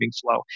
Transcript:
Flow